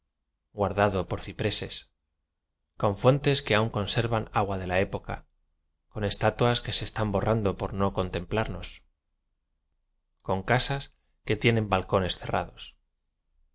guardado por cipreces con fuentes que aun conservan agua de la época con estatuas que se están borrando por no contemplarnos con ca sas que tienen balcones cerrados